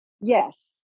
Yes